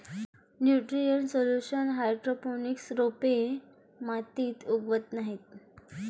nutrient solution hydroponics रोपे मातीत उगवत नाहीत